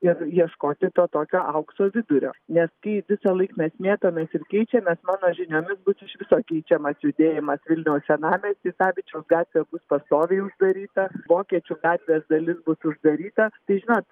ir ieškoti to tokio aukso vidurio nes kai visąlaik mes mėtomės ir keičiamės mano žiniomis bus iš viso keičiamas judėjimas vilniaus senamiesty savičiaus gatvė bus pastoviai uždaryta vokiečių gatvės dalis bus uždaryta tai žinot